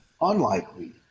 unlikely